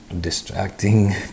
distracting